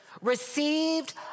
received